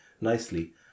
nicely